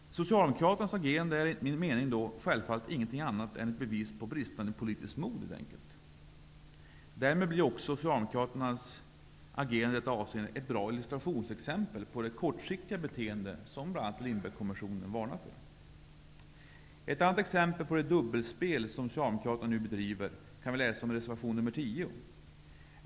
Socialdemokraternas agerande är, enligt min mening, självfallet ingenting annat än ett bevis på bristande politiskt mod. Därmed blir också socialdemokraternas agerande i detta avseende ett bra illustrationsexempel på det kortsiktiga beteende som bl.a. Lindbeckkommissionen varnar för. Ett annat exempel på det dubbelspel som socialdemokraterna nu bedriver kan vi läsa om i reservation nr 10.